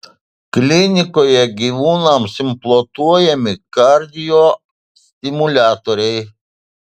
klinikoje gyvūnams implantuojami kardiostimuliatoriai